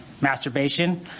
masturbation